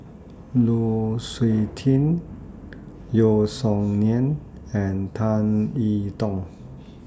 Lu Suitin Yeo Song Nian and Tan I Tong